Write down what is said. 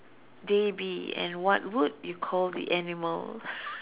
they be and what would you call the animal